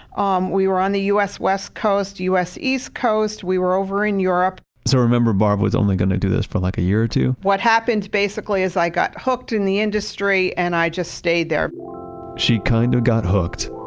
um we were on the us west coast, us east coast. we were over in europe so, remember barb was only going to do this for like a year or two? what happened basically, is i got hooked in the industry and i just stayed there she kind of got hooked,